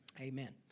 amen